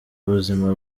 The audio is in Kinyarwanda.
buzima